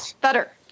Better